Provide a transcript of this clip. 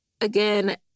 Again